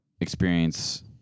experience